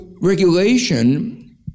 regulation